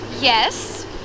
yes